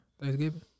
Thanksgiving